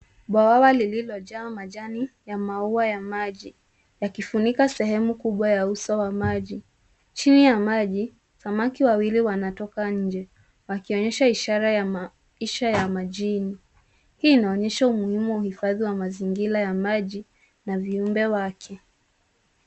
Bwawa lililojaa majani ya maua ya maji yakifunika sehemu kubwa ya uso wa maji. Chini ya maji, samaki wawili wanatoka nje wakionyesha ishara ya maisha ya majini. Hii inaonyesha umuhimu wa uhifadhi wa mazingira ya maji na viumbe wake.